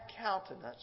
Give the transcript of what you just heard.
countenance